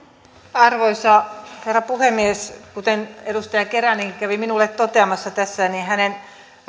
arvoisa herra puhemies kuten edustaja keränen kävi minulle toteamassa tässä hänen